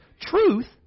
truth